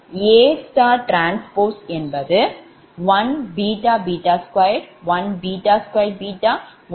எனவே AT1 2 1 2 1 1 1